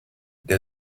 der